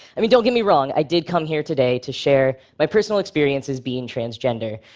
i mean, don't get me wrong, i did come here today to share my personal experiences being transgender,